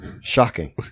shocking